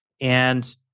And-